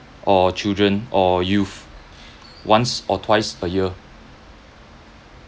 or children or youth once or twice a year